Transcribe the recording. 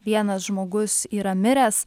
vienas žmogus yra miręs